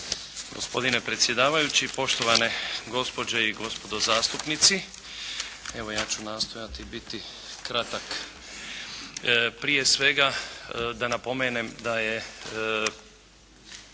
gospodine predsjedavajući, poštovane gospođe i gospodo zastupnici. Evo, ja ću nastojati biti kratak. Prije svega da napomenem da je